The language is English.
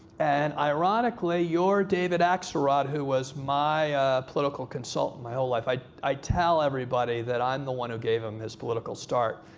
and ironically, your david axelrod, who was my political consultant my whole life i i tell everybody that i'm the one who gave him his political start,